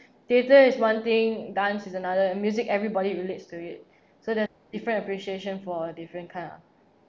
theatre is one thing dance is another music everybody relates to it so there is different appreciation for a different kind of